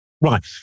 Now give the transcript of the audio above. Right